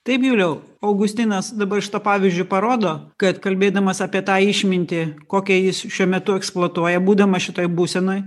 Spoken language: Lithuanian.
taip juliau augustinas dabar šituo pavyzdžiu parodo kad kalbėdamas apie tą išmintį kokią jis šiuo metu eksploatuoja būdamas šitoj būsenoj